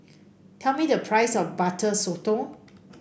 tell me the price of Butter Sotong